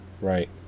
Right